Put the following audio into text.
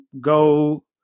go